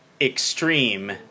extreme